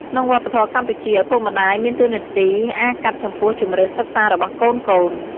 ក្នុងវប្បធម៌កម្ពុជា ឪពុកម្ដាយមានតួនាទីអាកាត់ចំពោះជម្រើសសិក្សារបស់កូនៗ។